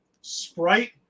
Sprite